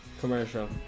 commercial